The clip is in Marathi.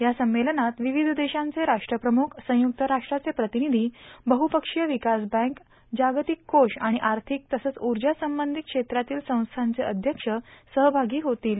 या संमेलनात विविध देशांचे राष्ट्रप्रमुख संयुक्त राष्ट्राचे प्रतिनिधी बह्पक्षीय विकास बँक जागतिक कोष आणि आर्थिक तसंच उर्जा संबंधित क्षेत्रातील संस्थांचे अध्यक्ष सहभागी होतील